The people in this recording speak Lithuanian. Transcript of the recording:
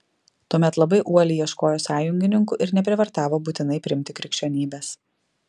tuomet labai uoliai ieškojo sąjungininkų ir neprievartavo būtinai priimti krikščionybės